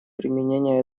применения